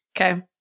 Okay